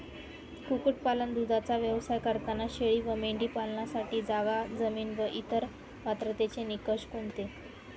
कुक्कुटपालन, दूधाचा व्यवसाय करताना शेळी व मेंढी पालनासाठी जागा, जमीन व इतर पात्रतेचे निकष कोणते?